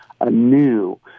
anew